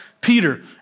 Peter